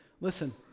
listen